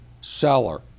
seller